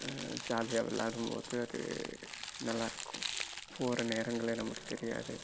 ஜாலியாக விளாடும் போதும் ஒரு நல்லா இருக்கும் போகிற நேரங்களே நமக்கு தெரியாது